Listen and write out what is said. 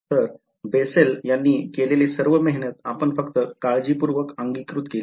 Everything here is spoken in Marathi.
तर Bessel यांनी केलेले सर्व मेहेनत आपण फक्त काळजीपूर्वक अंगीकृत केली